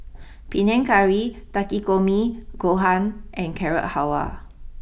Panang Curry Takikomi Gohan and Carrot Halwa